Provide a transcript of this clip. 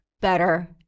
better